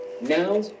Now